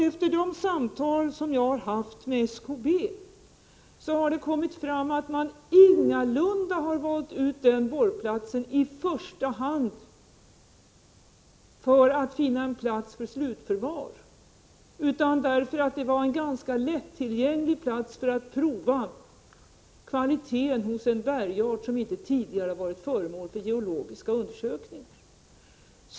Efter det samtal jag haft med SKB har det kommit fram att man ingalunda har valt ut den borrplatsen i första hand för att finna plats för slutförvaring, utan därför att det är en ganska lättillgänglig plats för att prova kvaliteten hos en bergart som inte tidigare varit föremål för geologiska undersökningar.